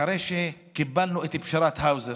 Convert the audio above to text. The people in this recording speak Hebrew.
אחרי שקיבלנו את פשרת האוזר